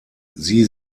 sie